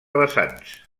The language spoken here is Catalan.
vessants